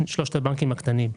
שלושת הבנקים הקטנים.